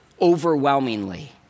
overwhelmingly